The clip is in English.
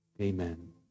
Amen